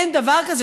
אין דבר כזה.